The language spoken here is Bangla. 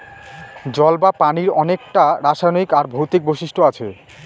জল বা পানির অনেককটা রাসায়নিক আর ভৌতিক বৈশিষ্ট্য আছে